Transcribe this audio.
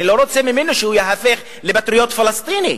אני לא מבקש ממנו שיהפוך לפטריוט פלסטיני,